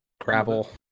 Gravel